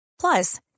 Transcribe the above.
Plus